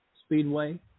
Speedway